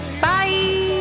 bye